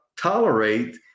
tolerate